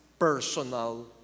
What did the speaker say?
personal